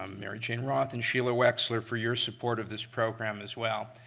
um mary jane roth and sheila wexler, for your support of this program as well.